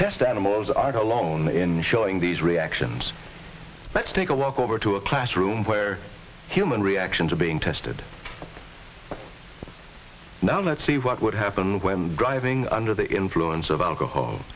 test animals aren't alone in showing these reactions let's take a walk over to a classroom where human reactions are being tested now let's see what would happen when driving under the influence of